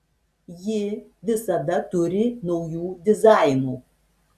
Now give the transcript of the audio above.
ji visada turi naujų dizainų